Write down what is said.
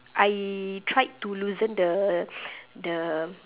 I tried to loosen the the